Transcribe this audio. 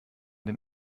den